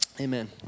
amen